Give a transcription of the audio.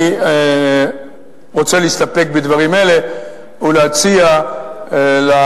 אני רוצה להסתפק בדברים אלה ולהציע לחברים